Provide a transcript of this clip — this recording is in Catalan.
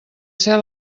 ser